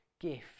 gift